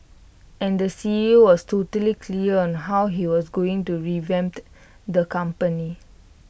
and the C E O was totally clear on how he was going to revamp the company